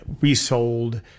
resold